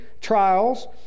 trials